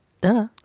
Duh